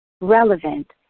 relevant